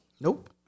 Nope